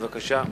בבקשה,